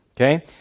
okay